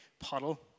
puddle